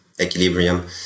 Equilibrium